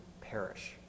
perish